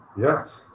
Yes